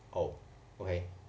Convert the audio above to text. oh okay